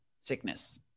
sickness